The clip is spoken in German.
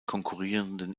konkurrierenden